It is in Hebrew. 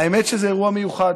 האמת היא שזה אירוע מיוחד.